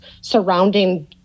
surrounding